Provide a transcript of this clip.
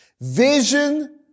Vision